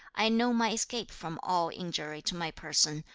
i know my escape from all injury to my person,